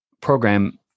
program